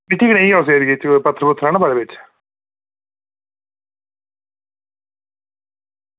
मिट्टी कनेही ऐ उस एरिये च पत्थर निं ना बड़े बिच्च